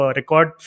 record